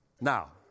Now